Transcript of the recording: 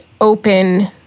open